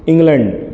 England